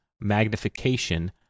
magnification